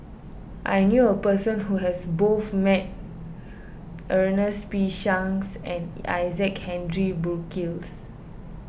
I knew a person who has both met Ernest P Shanks and Isaac Henry Burkill